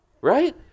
Right